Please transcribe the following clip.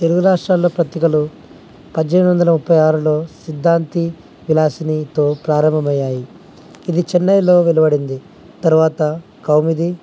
తెలుగు రాష్ట్రాల్లో పత్రికలు పద్దెనిమిది వందల ముప్పై ఆరులో సిద్ధాంతి విలాసనీతో ప్రారంభమయ్యాయి ఇది చెన్నైలో నిలబడింది తరువాత కౌమిది